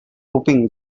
hoping